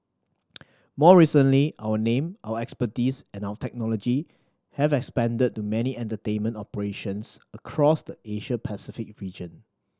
more recently our name our expertise and our technology have expanded to many entertainment operations across the Asia Pacific region